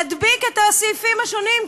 להדביק את הסעיפים השונים,